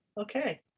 Okay